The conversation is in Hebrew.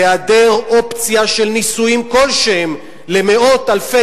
בהיעדר אופציה של נישואים כלשהם למאות-אלפי